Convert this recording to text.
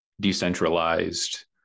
decentralized